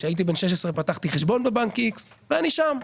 כשהייתי בן 16 פתחתי חשבון בבנק X ואני שם.